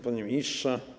Panie Ministrze!